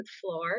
floor